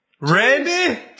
Randy